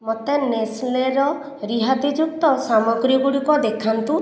ମୋତେ ନେସ୍ଲେର ରିହାତିଯୁକ୍ତ ସାମଗ୍ରୀଗୁଡ଼ିକ ଦେଖାନ୍ତୁ